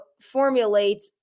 formulate